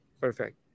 Perfect